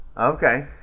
Okay